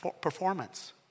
performance